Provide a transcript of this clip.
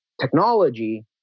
technology